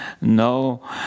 No